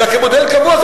אלא כמודל קבוע.